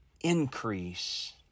increase